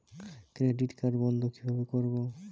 Credit card বন্ধ কিভাবে করবো?